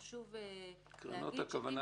חשוב להגיד שאם תהיה הפחתה --- קרנות הכוונה